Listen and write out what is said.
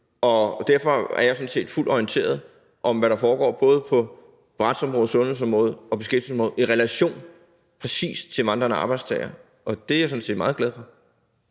Derfor er jeg sådan set fuldt orienteret om, hvad der foregår både på retsområdet, sundhedsområdet og beskæftigelsesområdet præcist i relation til vandrende arbejdstagere – og det er jeg sådan set meget glad for.